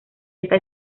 esta